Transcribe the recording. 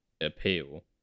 appeal